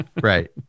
right